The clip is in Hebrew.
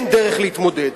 אין דרך להתמודד.